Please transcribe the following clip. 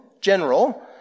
general